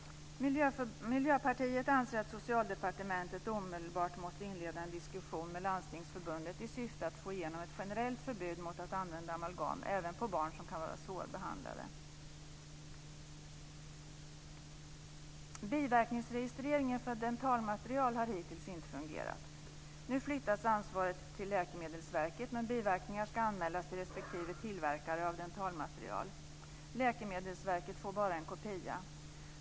Miljöpartiet anser att Socialdepartementet omedelbart måste inleda en diskussion med Landstingsförbundet i syfte att få igenom ett generellt förbud mot att använda amalgam även på barn som kan vara svårbehandlade. Biverkningsregistreringen för dentalmaterial har hittills inte fungerat. Nu flyttas ansvaret till Läkemedelsverket, men biverkningar ska anmälas till respektive tillverkare av dentalmaterial. Läkemedelsverket får bara en kopia.